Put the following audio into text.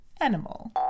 animal